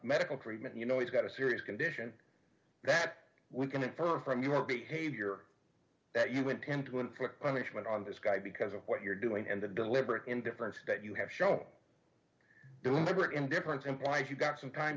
medical treatment you know he's got a serious condition that we can infer from your behavior that you went in to inflict punishment on this guy because of what you're doing and a deliberate indifference that you have to show deliberate indifference implies you've got some time